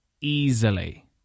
easily